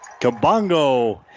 Kabongo